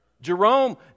Jerome